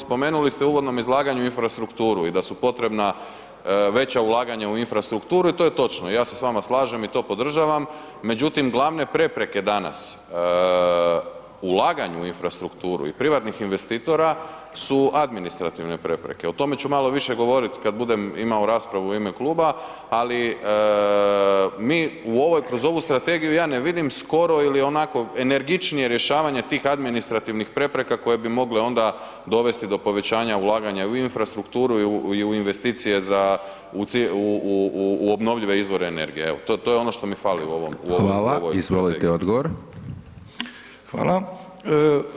Spomenuli ste u uvodnom izlaganju infrastrukturu i da su potrebna veća ulaganja u infrastrukturu i to je točno, ja se s vama slažem i to podržavam, međutim glavne prepreke danas ulaganju u infrastrukturu i privatnih investitora su administrativne prepreke, o tome ću malo više govorit kad budem imao raspravu u ime kluba, ali mi u ovoj, kroz ovu strategiju ja ne vidim skoro ili onako energičnije rješavanje tih administrativnih prepreka koje bi mogle onda dovesti do povećanja ulaganja u infrastrukturu i u investicije za, u, u, u, u obnovljive izvore energije, evo to, to je ono što mi fali u ovom, u ovoj